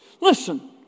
Listen